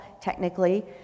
technically